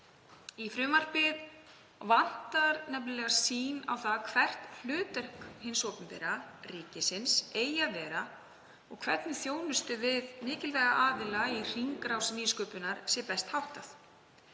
Í frumvarpið vantar nefnilega sýn á hvert hlutverk hins opinbera, ríkisins, eigi að vera og hvernig þjónustu við mikilvæga aðila í hringrás nýsköpunar sé best háttað.